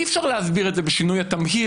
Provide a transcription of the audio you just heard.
אי אפשר להסביר את זה בשינוי התמהיל,